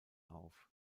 auf